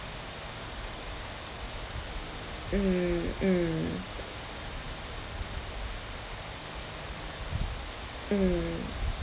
mm mm mm